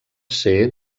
ser